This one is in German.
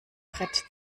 brett